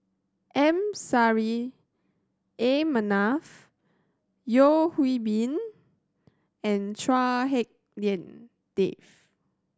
M Saffri A Manaf Yeo Hwee Bin and Chua Hak Lien Dave